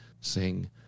sing